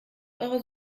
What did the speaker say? eure